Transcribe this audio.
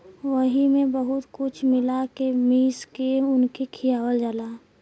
वही मे बहुत कुछ मिला के मीस के उनके खियावल जाला